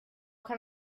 can